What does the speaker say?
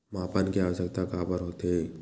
मापन के आवश्कता काबर होथे?